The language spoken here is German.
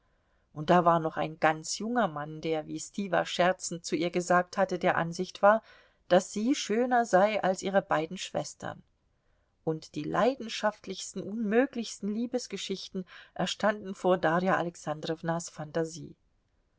und da war noch ein ganz junger mann der wie stiwa scherzend zu ihr gesagt hatte der ansicht war daß sie schöner sei als ihre beiden schwestern und die leidenschaftlichsten unmöglichsten liebesgeschichten erstanden vor darja alexandrownas phantasie